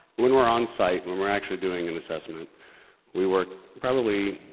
when we're on site, when we're actually doing an assessment we work probably,